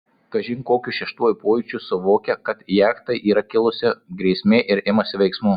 kažin kokiu šeštuoju pojūčiu suvokia kad jachtai yra kilusi grėsmė ir imasi veiksmų